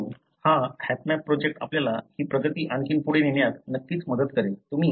परंतु हा HapMap project आपल्याला ही प्रगती आणखी पुढे नेण्यात नक्कीच मदत करेल